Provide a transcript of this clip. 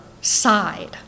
side